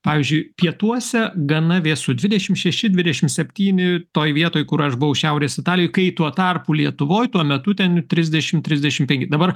pavyzdžiui pietuose gana vėsu dvidešim šeši dvidešim septyni toj vietoj kur aš buvau šiaurės italijoj kai tuo tarpu lietuvoj tuo metu ten trisdešim trisdešim peki dabar